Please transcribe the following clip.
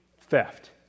theft